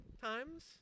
times